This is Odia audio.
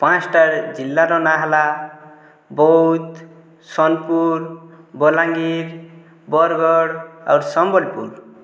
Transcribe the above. ପାଞ୍ଚଟା ଜିଲ୍ଲାର ନାଁ ହେଲା ବୌଦ୍ଧ ସୋନପୁର ବଲାଙ୍ଗୀର ବରଗଡ଼ ଆର୍ ସମ୍ବଲପୁର